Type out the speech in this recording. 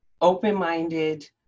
open-minded